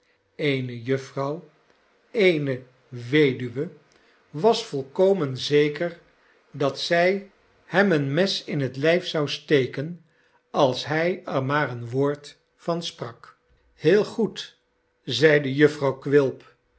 jufvrouw quilp was volkomen zeker dat zij hem een mes in het lijf zou steken als hij er maar een word van sprak heel goed zeide jufvrouw quilp